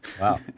Wow